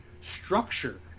structure